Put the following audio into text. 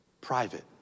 private